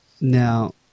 Now